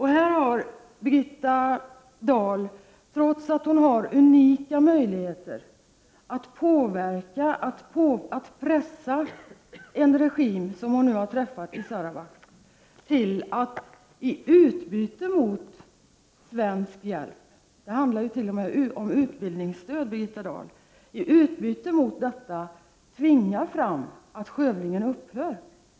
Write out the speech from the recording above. Trots att Birgitta Dahl har unika möjligheter att påverka och pressa en sådan regim som den hon har träffat i Sarawak vill hon i utbyte mot svensk hjälp — det handlar t.o.m. om utbildningsstöd — tvinga fram att skövligen upphör.